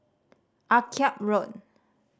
Akyab Road